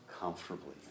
comfortably